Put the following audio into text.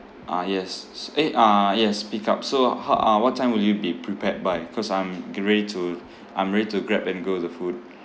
ah yes s~ eh uh yes pick up so how uh what time will it be prepared by cause I'm get ready to I'm ready to grab and go the food